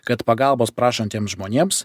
kad pagalbos prašantiems žmonėms